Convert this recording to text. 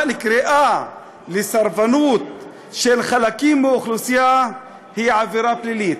אבל קריאה לסרבנות של חלקים מאוכלוסייה היא עבירה פלילית.